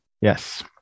Yes